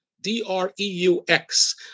D-R-E-U-X